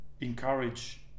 encourage